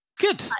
Good